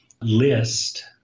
list